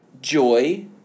joy